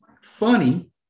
Funny